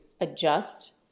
adjust